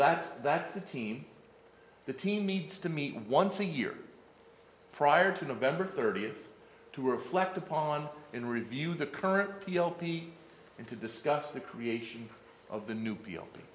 that's that's the team the team needs to meet once a year prior to november thirtieth to reflect upon in review the current p l p and to discuss the creation of the new